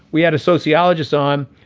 we had a sociologist on.